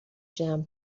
جمع